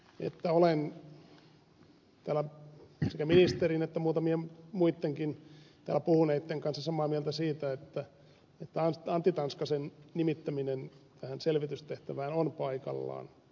totean lisäksi että olen sekä ministerin että muutamien muittenkin täällä puhuneitten kanssa samaa mieltä siitä että antti tanskasen nimittäminen tähän selvitystehtävään on paikallaan